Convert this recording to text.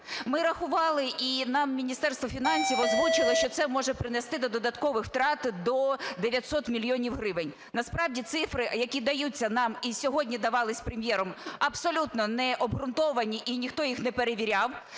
Ми рахували, і нам Міністерство фінансів озвучило, що це може призвести до додаткових втрат до 900 мільйонів гривень. Насправді цифри, які даються нам і сьогодні давались Прем'єром, абсолютно необґрунтовані і ніхто їх не перевіряв.